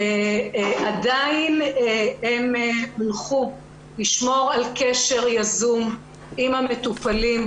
הם הונחו לשמור על קשר יזום עם המטופלים,